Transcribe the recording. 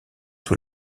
sous